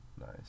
Nice